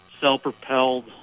self-propelled